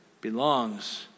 belongs